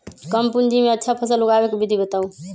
कम पूंजी में अच्छा फसल उगाबे के विधि बताउ?